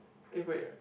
eh wait